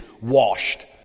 washed